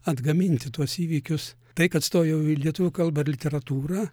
atgaminti tuos įvykius tai kad stojau į lietuvių kalbą literatūrą